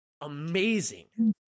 amazing